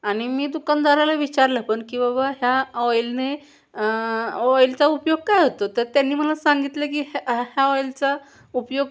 आणि मी दुकानदाराला विचारलं पण की बाबा ह्या ऑइलने ऑईलचा उपयोग काय होतं तर त्यांनी मला सांगितलं की ह्या ह्या ऑइलचा उपयोग